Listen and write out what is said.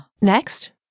Next